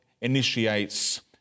initiates